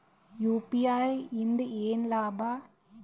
UPI ಇಂದ ಏನ್ ಲಾಭ?